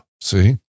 See